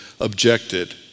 objected